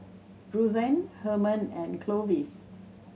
Ruthanne Herman and Clovis